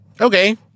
Okay